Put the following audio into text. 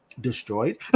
destroyed